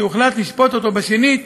וכשהוחלט לשפוט אותו בשנית,